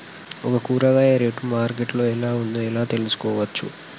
ఒక కూరగాయ rate market లో ఎలా ఉందో ఎలా తెలుసుకోవచ్చు?